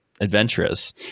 adventurous